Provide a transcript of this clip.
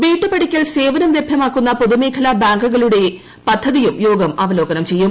വീട്ടു പടിക്കൽസേവനം ലഭൃമാക്കുന്ന പൊതുമേഖലാ ബാങ്കുകളുടെ പദ്ധതിയും യോഗംഅവലോകനം ചെയ്യും